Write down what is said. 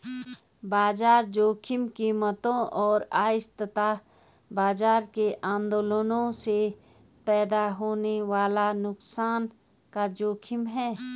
बाजार जोखिम कीमतों और अस्थिरता बाजार में आंदोलनों से पैदा होने वाले नुकसान का जोखिम है